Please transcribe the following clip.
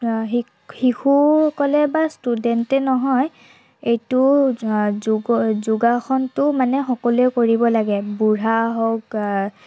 শিশু সকলে বা ষ্টুডেণ্টেই নহয় এইটো যোগ যোগাসনটো মানে সকলোৱে কৰিব লাগে বুঢ়া হওক